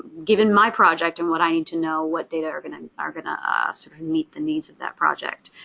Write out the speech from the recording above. given my project and what i need to know, what data are going and are going to ah sort of meet the needs of that project.